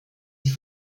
sie